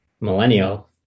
millennial